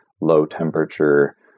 low-temperature